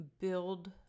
build